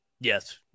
Yes